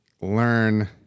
learn